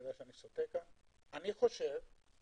חייבת כי"ל להסדיר את הוויכוח שלה עם רשות המיסים.